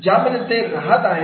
ज्यामध्ये ते राहात आहेत